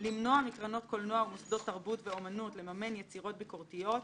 למנוע מקרנות קולנוע ומוסדות תרבות ואמנות לממן יצירות ביקורתיות,